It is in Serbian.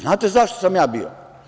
Znate zašto sam ja bio?